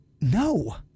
No